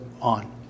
on